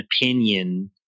opinion